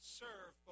serve